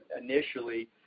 initially –